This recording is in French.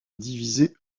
divisées